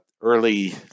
early